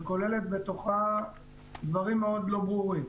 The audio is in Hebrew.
שכוללת בתוכה דברים מאוד לא ברורים.